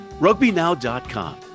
Rugbynow.com